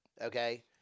Okay